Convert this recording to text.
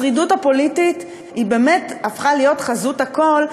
השרידות הפוליטית באמת הפכה להיות חזות הכול,